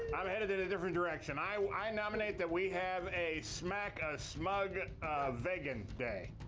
i'm headed in a different direction. i i nominate that we have a smack, a smug vegan day.